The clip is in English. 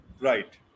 right